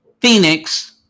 Phoenix